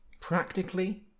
Practically